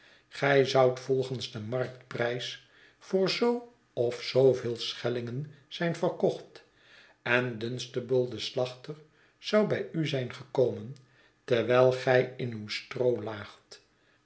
gij zoudt volgens den marktprijs voor zoo of zooveel schellingen zijn verkocht en dunstable de slachter zou bij u zijn gekomen terwijl gij in uw stroo laagt